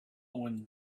when